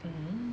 mm